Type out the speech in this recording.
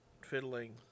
fiddling